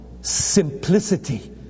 simplicity